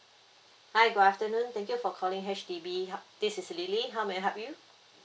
hi good afternoon thank you for calling H_D_B this is lily how may I help you